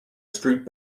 street